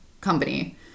company